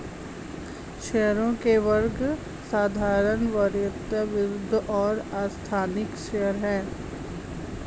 शेयरों के वर्ग साधारण, वरीयता, वृद्धि और आस्थगित शेयर हैं